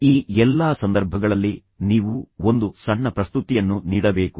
ಈ ಎಲ್ಲಾ ಸಂದರ್ಭಗಳಲ್ಲಿ ನೀವು ಒಂದು ಸಣ್ಣ ಪ್ರಸ್ತುತಿಯನ್ನು ನೀಡಬೇಕು